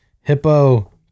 hippo